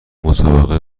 مسابقه